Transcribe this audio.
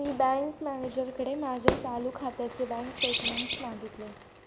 मी bank मॅनेजरकडे माझ्या चालू खात्याचे बँक स्टेटमेंट्स मागितले